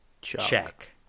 check